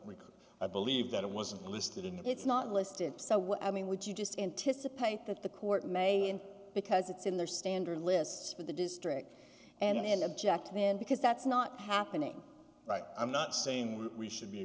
recall i believe that it wasn't listed in that it's not listed so what i mean would you just anticipate that the court may and because it's in their standard lists for the district and then object to them because that's not happening right i'm not saying we should be